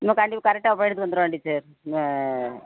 இனிமேல் கண்டிப்பாக கரெட்டாக பள்ளிக்கூடத்துக்கு வந்துடுவான் டீச்சர்